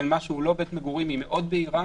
מה שהוא לא בית מגורים היא מאוד בהירה,